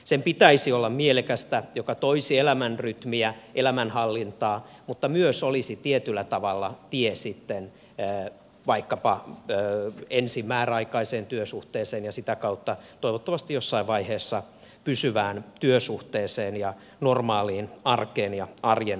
sen pitäisi olla mielekästä joka toisi elämänrytmiä elämänhallintaa mutta myös olisi tietyllä tavalla tie sitten vaikkapa ensin määräaikaiseen työsuhteeseen ja sitä kautta toivottavasti jossain vaiheessa pysyvään työsuhteeseen ja normaaliin arkeen ja arjen hallintaan